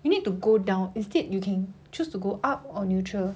you need to go down instead you can choose to go up or neutral